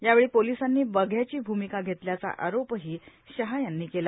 यावेळी पोलिसांनी बघ्याची भूमिका घेतल्याचा आरोपही शहा यांनी केला